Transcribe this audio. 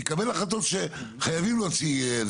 יקבל החלטות שחייבים להוציא,